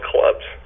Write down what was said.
Clubs